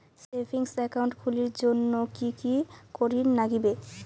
Savings account খুলির জন্যে কি কি করির নাগিবে?